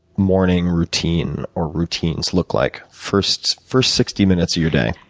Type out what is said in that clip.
morning routine, or routines, look like first first sixty minutes of your day.